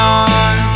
on